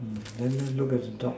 then look at the dog